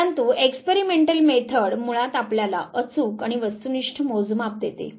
परंतु experimental method मुळात आपल्याला अचूक आणि वस्तुनिष्ठ मोजमाप देते